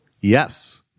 Yes